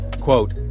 Quote